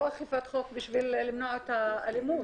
לא אכיפת חוק כדי למנוע את האלימות.